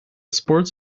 sports